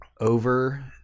over